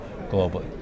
globally